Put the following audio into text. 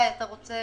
אתה רוצה